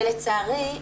לצערי,